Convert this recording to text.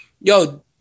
yo